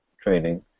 training